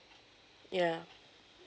ya